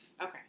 Okay